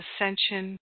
ascension